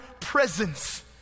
presence